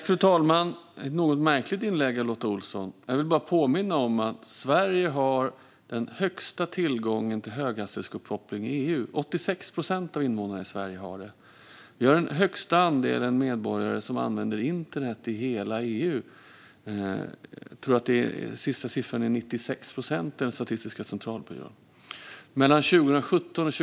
Fru talman! Det var ett något märkligt inlägg av Lotta Olsson. Jag vill bara påminna om att Sverige har den största tillgången till höghastighetsuppkoppling i EU. 86 procent av invånarna i Sverige har tillgång till detta. Vi har den största andelen medborgare som använder internet i hela EU. Jag tror att den senaste siffran enligt Statistiska centralbyrån är 96 procent.